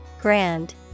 GRAND